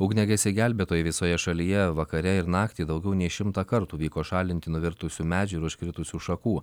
ugniagesiai gelbėtojai visoje šalyje vakare ir naktį daugiau nei šimtą kartų vyko šalinti nuvirtusių medžių ir užkritusių šakų